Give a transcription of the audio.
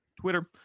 Twitter